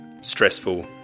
stressful